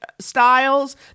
styles